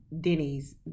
Denny's